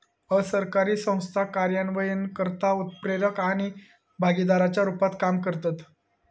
असरकारी संस्था कार्यान्वयनकर्ता, उत्प्रेरक आणि भागीदाराच्या रुपात काम करतत